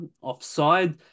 offside